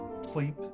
sleep